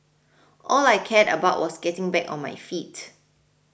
all I cared about was getting back on my feet